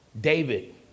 David